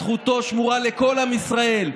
זכותו שמורה לכל עם ישראל,